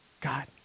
God